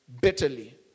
bitterly